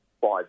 five